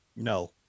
No